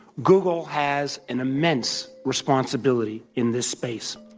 google has an immense responsibility in this space